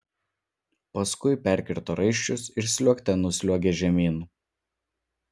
paskui perkirto raiščius ir sliuogte nusliuogė žemyn